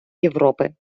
європи